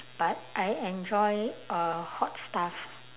but I enjoy uh hot stuff